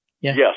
Yes